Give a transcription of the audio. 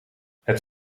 het